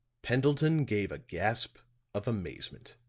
pendleton gave a gasp of amazement.